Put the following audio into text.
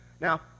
Now